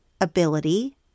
ability